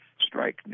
strike